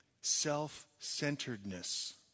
self-centeredness